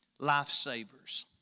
Lifesavers